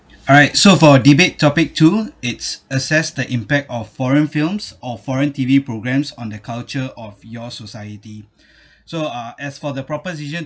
alright so for debate topic two its assess the impact of foreign films or foreign T_V programmes on the culture of your society so uh as for the proposition